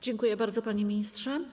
Dziękuję bardzo, panie ministrze.